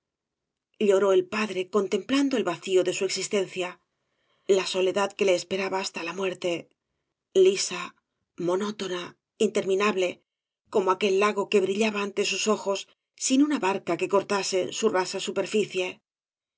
lloró el padre contemplando el vacío de su existencia la soledad que le esperaba hasta la muerte lisa monótona interminable como aquel lago que brillaba ante sus ojos sin una barca qua cortase su rasa superficie